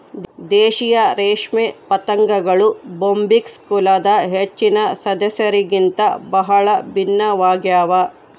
ದೇಶೀಯ ರೇಷ್ಮೆ ಪತಂಗಗಳು ಬೊಂಬಿಕ್ಸ್ ಕುಲದ ಹೆಚ್ಚಿನ ಸದಸ್ಯರಿಗಿಂತ ಬಹಳ ಭಿನ್ನವಾಗ್ಯವ